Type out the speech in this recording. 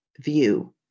view